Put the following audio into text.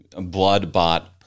blood-bought